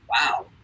wow